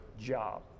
job